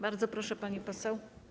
Bardzo proszę, pani poseł.